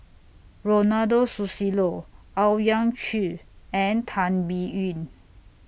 Ronald Susilo Owyang Chi and Tan Biyun